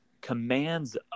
commands